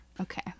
Okay